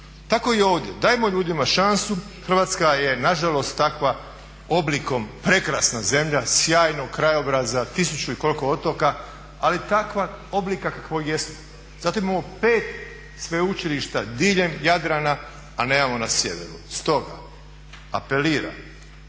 Tako i ovdje, dajmo ljudima šansu, Hrvatska je nažalost takva oblikom prekrasna zemlja, sjajnog krajobraza, tisuću i koliko otoka, ali takva oblika kakvog jest. Zato imamo 5 sveučilišta diljem Jadrana, a nemamo na sjeveru. Stoga apeliram,